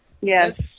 Yes